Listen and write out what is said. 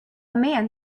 man